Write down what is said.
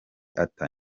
arthur